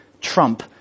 trump